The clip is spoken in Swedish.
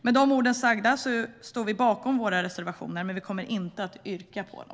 Med de orden sagda står vi bakom våra reservationer, men vi kommer inte att yrka bifall till dem.